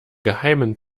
geheimen